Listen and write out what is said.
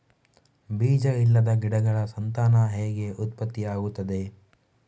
ಬೀಜ ಇಲ್ಲದ ಗಿಡಗಳ ಸಂತಾನ ಹೇಗೆ ಉತ್ಪತ್ತಿ ಆಗುತ್ತದೆ?